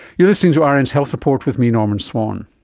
you're listening to um rn's health report with me, norman swan.